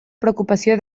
preocupació